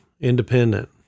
independent